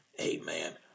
amen